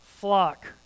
flock